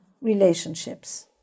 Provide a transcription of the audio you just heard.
relationships